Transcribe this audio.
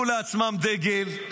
פרס אביר השלטון.